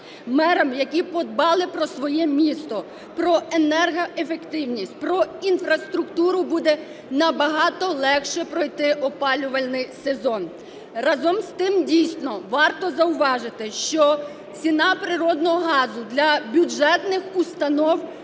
Мерам, які подбали про своє місто, про енергоефективність, про інфраструктуру, буде набагато легше пройти опалювальний сезон. Разом з тим, дійсно, варто зауважити, що ціна природного газу для бюджетних установ